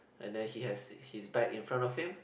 and then he has his bag in front of him